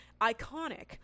Iconic